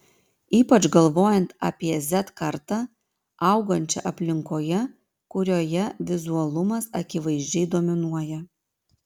ypač galvojant apie z kartą augančią aplinkoje kurioje vizualumas akivaizdžiai dominuoja